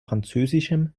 französischen